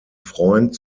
freund